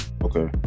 Okay